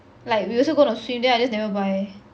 like we also gonna swim then I just never buy